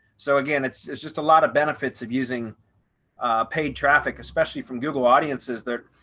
so again, it's it's just a lot of benefits of using paid traffic, especially from google audiences there.